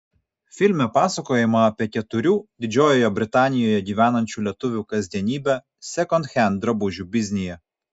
filme pasakojama apie keturių didžiojoje britanijoje gyvenančių lietuvių kasdienybę sekondhend drabužių biznyje